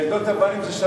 ליידות אבנים זה,